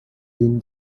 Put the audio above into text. been